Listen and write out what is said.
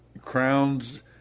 Crowns